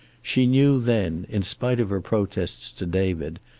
she knew then, in spite of her protests to david,